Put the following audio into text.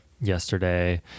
yesterday